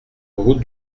route